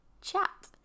chat